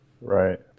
right